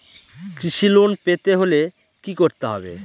কৃষি লোন পেতে হলে কি করতে হবে?